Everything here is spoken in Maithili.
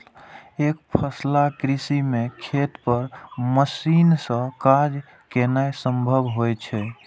एकफसला कृषि मे खेत पर मशीन सं काज केनाय संभव होइ छै